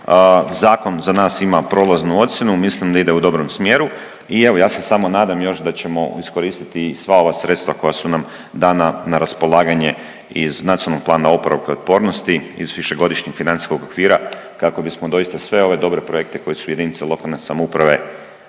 Zakon za nas ima prolaznu ocjenu. Mislim da ide u dobrom smjeru i evo ja se samo nadam još da ćemo iskoristiti sva ova sredstva koja su nam dana na raspolaganje iz Nacionalnog plana oporavka i otpornosti, iz višegodišnjeg financijskog okvira kako bismo doista sve ove dobre projekte koje su jedinice lokalne samouprave